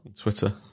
Twitter